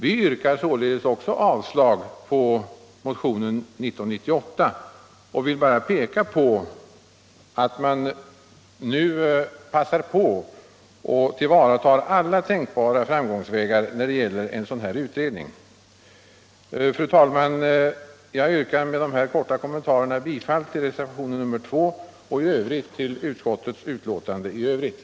Vi yrkar således avslag på motionen 1998 och menar att man nu bör passa på att tillvarata alla tänkbara framgångsvägar för en sådan här utredning. Fru talman! Jag yrkar med dessa korta kommentarer bifall till reservationen 2 och i övrigt till utskottets hemställan.